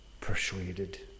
persuaded